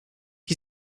qui